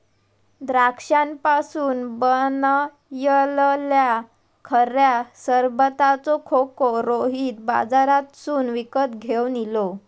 द्राक्षांपासून बनयलल्या खऱ्या सरबताचो खोको रोहित बाजारातसून विकत घेवन इलो